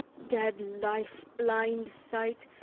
dead life, blind sight,